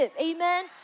amen